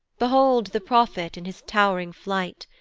behold the prophet in his tow'ring flight!